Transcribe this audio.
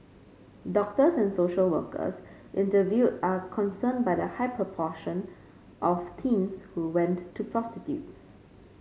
doctors and social workers interviewed are concerned by the high proportion of teens who went to prostitutes